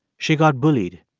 she got bullied.